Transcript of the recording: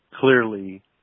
clearly